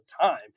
time